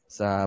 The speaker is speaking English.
sa